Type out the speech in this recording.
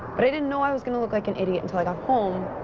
but i didn't know i was gonna look like an idiot until i got home,